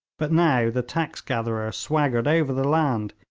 but now the tax gatherer swaggered over the land,